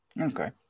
Okay